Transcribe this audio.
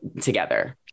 together